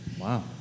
wow